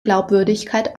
glaubwürdigkeit